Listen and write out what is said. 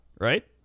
right